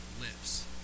lips